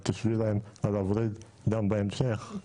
את תשבי להם על הוריד גם בהמשך.